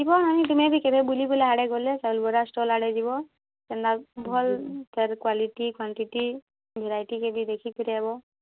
ଯିବ ନାନୀ ତୁମେ ବି କେଭେ ବୁଲିବୁଲା ଆଡ଼େ ଗଲେ ଚାଉଲ୍ ବରା ଷ୍ଟଲ୍ ଆଡ଼େ ଯିବ କେନ୍ତା ଭଲ୍ ତା'ର୍ କ୍ୱାଲିଟି କ୍ୱାଣ୍ଟିଟି ଭେରାଇଟିକେ ବି ଦେଖିକରି ଆଏବ